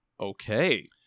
Okay